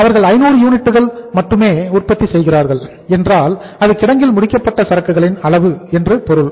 அவர்கள் 500 யூனிட்டுகள் மட்டுமே உற்பத்தி செய்கிறார்கள் என்றால் அது கிடங்கில் முடிக்கப்பட்ட சரக்குகளின் அளவு என்று பொருள்